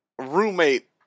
roommate